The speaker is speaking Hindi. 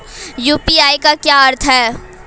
यू.पी.आई का क्या अर्थ है?